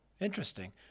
interesting